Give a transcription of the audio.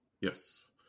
Yes